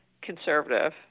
conservative